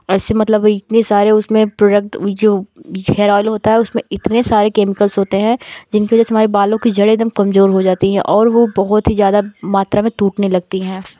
ऐसे मतलब इतने सारे उसमें प्रोडक्ट उई जो हेयर ऑयल होता है उसमें इतने सारे केमिकल्ज़ होते हैं जिनकी वजह से हमारे बालों की जड़ें एकदम कमज़ोर हो जाती हैं और वो बहुत ही ज़्यादा मात्रा में टूटने लगती हैं